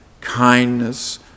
kindness